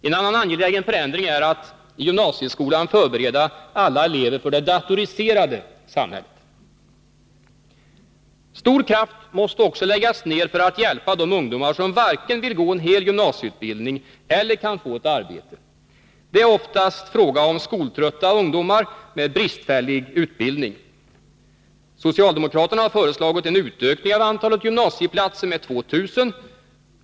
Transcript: En annan angelägen förändring är att i gymnasieskolan förbereda alla elever för det datoriserade samhället. Stor kraft måste också läggas ned på att hjälpa de ungdomar som varken vill gå en hel gymnasieutbildning eller kan få ett arbete. Det är oftast fråga om skoltrötta ungdomar med bristfällig utbildning. Socialdemokraterna har föreslagit en utökning av antalet gymnasieplatser med 2000.